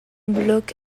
blog